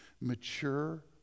mature